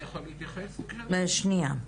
כן.